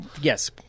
Yes